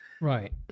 Right